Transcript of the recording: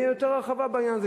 תהיה יותר הרחבה בעניין הזה,